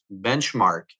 benchmark